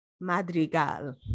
Madrigal